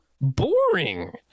boring